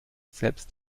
selbst